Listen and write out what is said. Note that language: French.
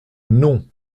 non